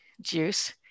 juice